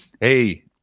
hey